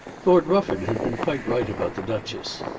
lord rufford had been quite right about the duchess.